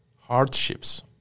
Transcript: hardships